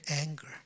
anger